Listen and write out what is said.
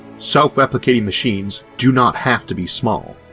self-replicating machines do not have to be small.